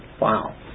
Wow